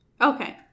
Okay